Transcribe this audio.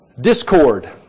discord